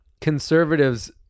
conservatives